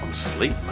sleep